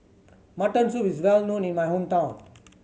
mutton soup is well known in my hometown